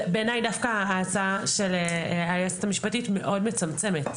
בעיניי דווקא ההצעה של היועצת המשפטית מאוד מצמצמת.